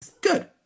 Good